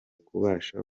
kubasha